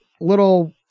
little